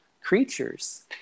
creatures